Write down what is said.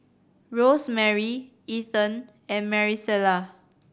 Rosemary Ethen and Marisela